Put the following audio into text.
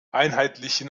einheitlichen